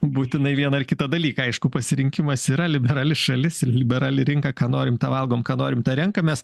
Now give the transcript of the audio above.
būtinai vieną ar kitą dalyką aišku pasirinkimas yra liberali šalis ir liberali rinka ką norim tą valgom ką norim tą renkamės